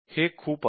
हे खूप आहे